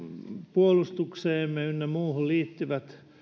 puolustukseemme ynnä muuhun liittyvät